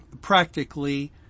practically